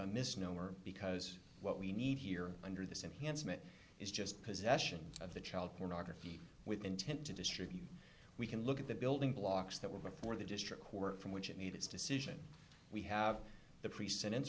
a misnomer because what we need here under the same handsome it is just possession of the child pornography with intent to distribute we can look at the building blocks that were before the district court from which it needs decision we have the pre sentence